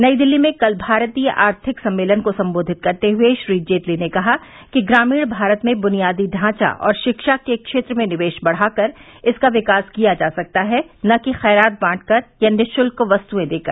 नई दिल्ली में कल भारतीय आर्थिक सम्मेलन को संबोधित करते हुए श्री जेटली ने कहा कि ग्रामीण भारत में बुनियादी ढांचा और शिक्षा के क्षेत्र में निवेश बढ़ाकर इसका विकास किया जा सकता है न कि खैरात बांटकर या निशुल्क वस्तुएं देकर